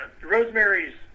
Rosemary's